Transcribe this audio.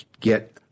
get